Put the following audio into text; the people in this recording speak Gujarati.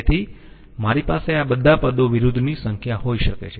તેથી મારી પાસે આ બધા પદો વિરુદ્ધની સંખ્યા હોઈ શકે છે